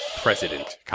president